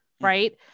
right